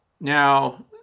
now